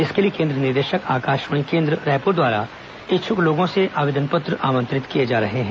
इसके लिए केन्द्र निदेशक आकाशवाणी केन्द्र रायपुर द्वारा इच्छुक लोंगों से आवेदन पत्र आमंत्रित किए जा रहे हैं